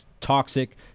toxic